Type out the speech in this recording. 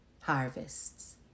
harvests